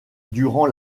durant